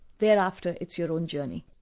thereafter it's your own journey.